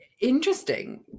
interesting